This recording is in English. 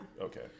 okay